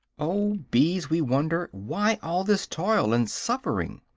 oh bees, we wonder, why all this toil and suffering?